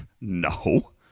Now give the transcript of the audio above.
No